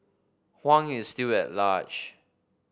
Huang is still at large